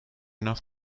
enough